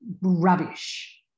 rubbish